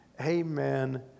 Amen